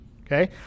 Okay